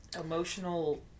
emotional